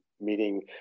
meeting